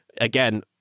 Again